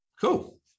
Cool